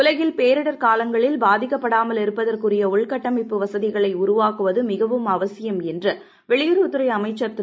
உலகில் பேரிடர் காலங்களில் பாதிக்கப்படாமலிருப்பதற்குரிய உள்கட்டமைப்பு வசதிகளை உருவாக்குவது மிகவும் அவசியம் என்று வெளியுறவுத் துறை அமைச்சர் திரு